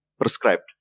prescribed